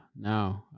no